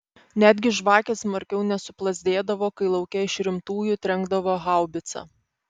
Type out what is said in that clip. netgi žvakės smarkiau nesuplazdėdavo kai lauke iš rimtųjų trenkdavo haubica